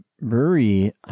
brewery